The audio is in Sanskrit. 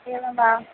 एवं वा